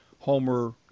homer